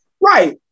Right